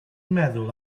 meddwl